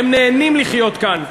הם נהנים לחיות כאן,